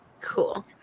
Cool